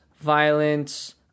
violence